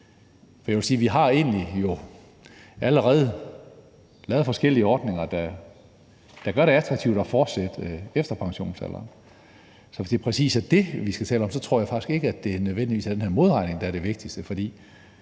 For jeg vil sige, at vi jo egentlig allerede har lavet forskellige ordninger, der gør det attraktivt at fortsætte efter pensionsalderen. Så hvis det præcis er det, vi skal tale om, tror jeg faktisk ikke, at det nødvendigvis er den her modregning, der er det vigtigste.